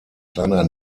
kleiner